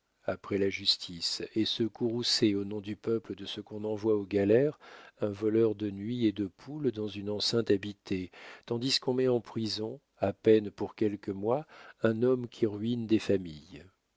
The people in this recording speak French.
après la justice et se courroucer au nom du peuple de ce qu'on envoie aux galères un voleur de nuit et de poules dans une enceinte habitée tandis qu'on met en prison à peine pour quelques mois un homme qui ruine des familles